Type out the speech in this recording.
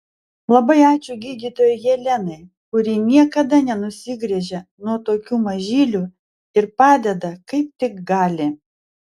labai ačiū gydytojai jelenai kuri niekada nenusigręžia nuo tokių mažylių ir padeda kaip tik gali